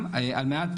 על מנת